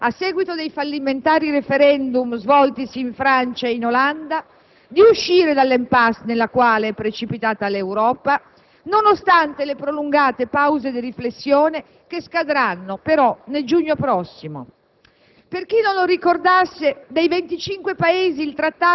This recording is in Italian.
Tale disposizione non permette quindi, allo stato attuale, a seguito dei fallimentari *referendum* svoltisi in Francia e in Olanda, di uscire dall'*impasse* nella quale è precipitata l'Europa nonostante le prolungate pause di riflessione che scadranno però nel giugno prossimo.